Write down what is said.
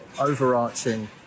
overarching